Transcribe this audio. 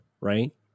right